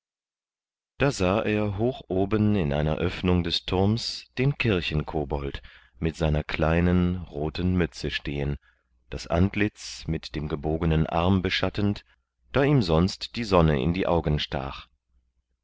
da sah er hoch oben in einer öffnung des turms den kirchenkobold mit seiner kleinen roten mütze stehen das antlitz mit dem gebogenen arm beschattend da ihm sonst die sonne in die augen stach